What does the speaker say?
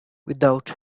without